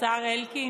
השר אלקין,